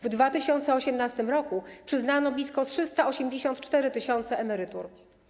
W 2018 r. przyznano blisko 384 tys. emerytur.